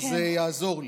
אז זה יעזור לי.